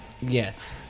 Yes